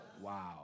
Wow